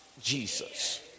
Jesus